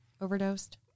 overdosed